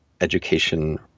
education